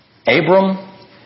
Abram